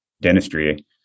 dentistry